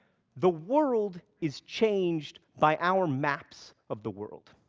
the world is changed by our maps of the world.